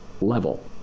level